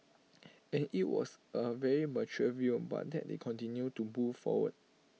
and IT was A very mature view but that they continue to move forward